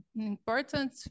important